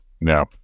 No